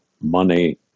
money